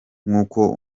nkuko